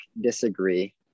disagree